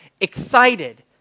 excited